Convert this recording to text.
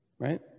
right